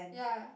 ya